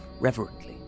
reverently